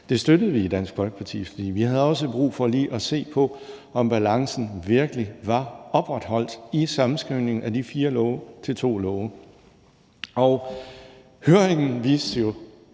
Det støttede vi i Dansk Folkeparti, for vi havde også brug for lige at se på, om balancen virkelig var opretholdt i sammenskrivningen af de fire love til to love. Og høringen viste jo